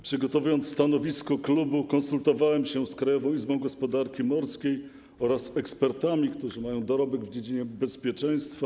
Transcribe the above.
Przygotowując stanowisko klubu, konsultowałem się z Krajową Izbą Gospodarki Morskiej oraz ekspertami, którzy mają dorobek w dziedzinie bezpieczeństwa.